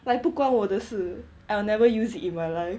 like 不关我的事 I'll never use it in my life